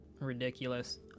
ridiculous